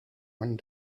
one